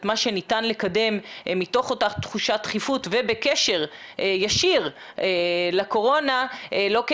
את מה שניתן לקדם מתוך אותה תחושת דחיפות ובקשר ישיר לקורונה לא רק